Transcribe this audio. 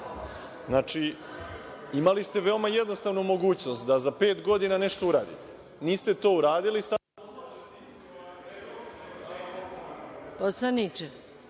Znači, imali ste veoma jednostavnu mogućnost – da za pet godina nešto uradite. Niste to uradili…